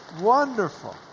wonderful